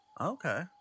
Okay